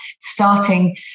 Starting